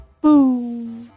boom